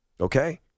okay